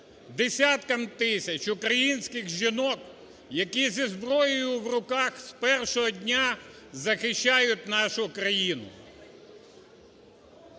десяткам тисяч українських жінок, які зі зброєю в руках з першого дня захищають нашу країну.